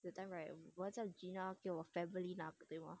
that time right 我叫 gina 给我 family 拿 pumpkin ah